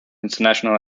international